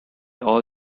all